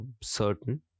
certain